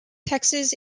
texas